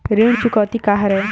ऋण चुकौती का हरय?